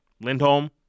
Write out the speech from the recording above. Lindholm